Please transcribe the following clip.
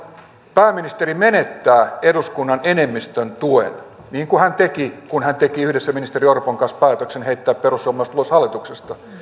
pääministeri menettää eduskunnan enemmistön tuen niin kuin hän teki kun hän teki yhdessä ministeri orpon kanssa päätöksen heittää perussuomalaiset ulos hallituksesta